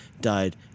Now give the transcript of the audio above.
died